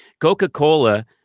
coca-cola